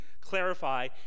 clarify